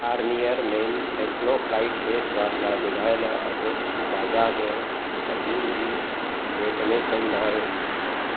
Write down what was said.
Garnier men acno fight फे़सवाशु लाइ ॿुधायल अघि बाज़ार जे अधीन जी भेट में सही न आहे